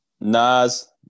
Nas